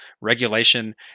regulation